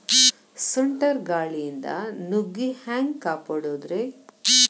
ಸುಂಟರ್ ಗಾಳಿಯಿಂದ ನುಗ್ಗಿ ಹ್ಯಾಂಗ ಕಾಪಡೊದ್ರೇ?